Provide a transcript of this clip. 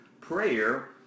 prayer